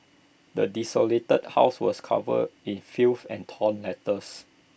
the desolated house was covered in filth and torn letters